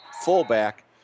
fullback